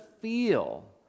feel